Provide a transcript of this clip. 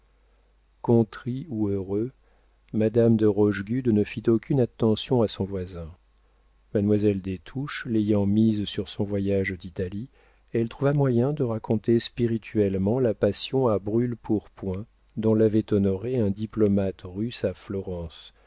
contrit ou heureux madame de rochegude ne fit aucune attention à son voisin mademoiselle des touches l'ayant mise sur son voyage d'italie elle trouva moyen de raconter spirituellement la passion à brûle-pourpoint dont l'avait honorée un diplomate russe à florence